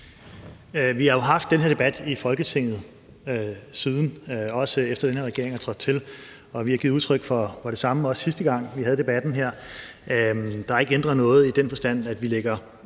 Vi har jo haft den her debat i Folketinget siden hen, også efter at den her regering er trådt til, og vi har givet udtryk for det samme, sidste gang vi havde debatten her. Der er ikke ændret noget i den forstand, at vi fra